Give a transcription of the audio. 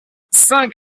cinq